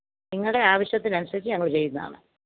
നിങ്ങളുടെ ആവശ്യത്തിനനുസരിച്ച് ഞങ്ങൾ ചെയ്യുന്നതാണ്